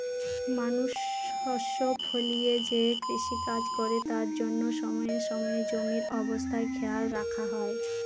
মানুষ শস্য ফলিয়ে যে কৃষিকাজ করে তার জন্য সময়ে সময়ে জমির অবস্থা খেয়াল রাখা হয়